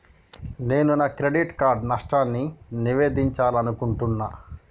నేను నా debit card నష్టాన్ని నివేదించాలనుకుంటున్నా